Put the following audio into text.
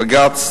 בג"ץ